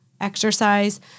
exercise